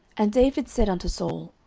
and david said unto saul,